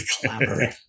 collaborate